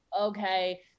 okay